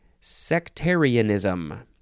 sectarianism